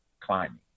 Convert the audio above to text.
climbing